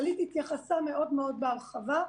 כללית התייחסה מאוד בהרחבה.